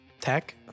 Tech